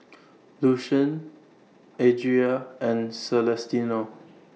Lucian Adria and Celestino